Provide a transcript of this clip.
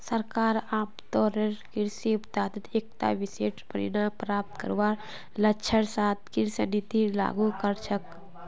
सरकार आमतौरेर कृषि उत्पादत एकता विशिष्ट परिणाम प्राप्त करवार लक्ष्येर साथ कृषि नीतिर लागू कर छेक